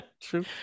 True